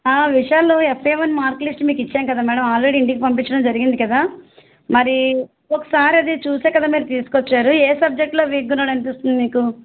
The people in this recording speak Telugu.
ఆ విశాలు ఎఫ్ఎ వన్ మార్క్ లిస్టు మీకిచ్చాం కదా మేడం ఆల్రెడీ ఇంటికి పంపించడం జరిగింది కదా మరీ ఒకసారి అది చూసే కదా మీరు తీస్కోచ్చారు ఏ సబ్జెక్టులో వీక్గా ఉన్నాడనిపిస్తుంది మీకు